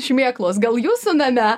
šmėklos gal jūsų name